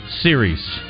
series